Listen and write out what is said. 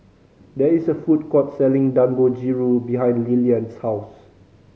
there is a food court selling Dangojiru behind Lilian's house